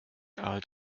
alt